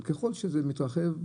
אבל ככל שזה מתרחב,